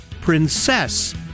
Princess